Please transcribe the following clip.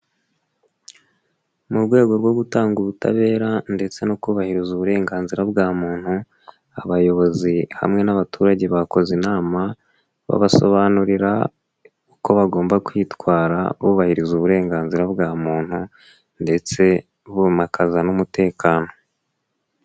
Mu rwego rwo gutanga ubutabera ndetse no kubahiriza uburenganzira bwa muntu, abayobozi hamwe n'abaturage bakoze inama babasobanurira uko bagomba kwitwara bubahiriza uburenganzira bwa muntu ndetse bimakaza n'umutekano.